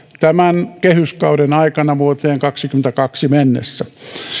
tämän kehyskauden aikana vuoteen kahdessakymmenessäkahdessa mennessä